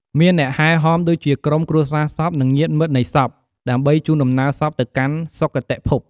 មានអ្នកហែហម ដូចជាក្រុមគ្រួសារសព និងញាតិមិត្តនៃសព ដើម្បីជូនដំណើរសពទៅកាន់សុគតិភព។